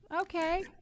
Okay